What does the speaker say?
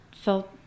felt